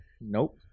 Nope